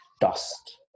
dust